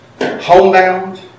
homebound